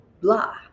blah